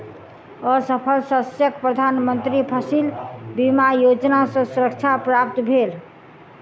असफल शस्यक प्रधान मंत्री फसिल बीमा योजना सॅ सुरक्षा प्राप्त भेल